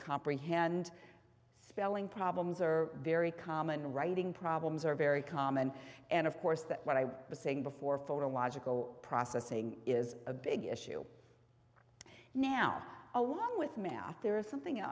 comprehend spelling problems are very common writing problems are very common and of course that what i was saying before photo logical processing is a big issue now along with math there is something